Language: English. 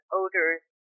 odors